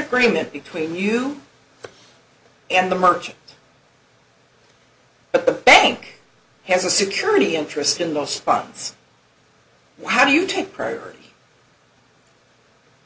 agreement between you and the merchant but the bank has a security interest in those funds how do you take priority